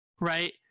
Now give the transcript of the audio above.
right